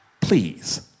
Please